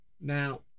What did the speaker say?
Now